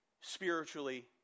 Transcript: spiritually